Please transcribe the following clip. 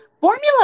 Formula